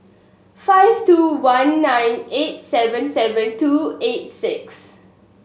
five two one nine eight seven seven two eight six